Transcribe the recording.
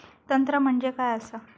तंत्र म्हणजे काय असा?